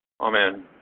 Amen